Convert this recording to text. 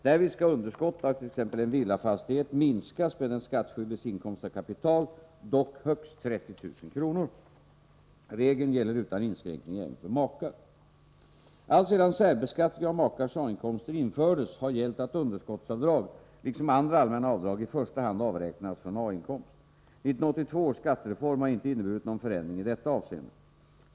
Därvid skall underskott avt.ex. en villafastighet minskas med den skattskyldiges inkomst av kapital, dock högst 30 000 kr. Regeln gäller utan inskränkning även för makar. Alltsedan särbeskattning av makars A-inkomster infördes har gällt att underskottsavdrag, liksom andra allmänna avdrag, i första hand avräknas från A-inkomst. 1982 års skattereform har inte inneburit någon förändring i detta avseende.